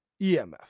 EMF